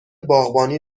باغبانی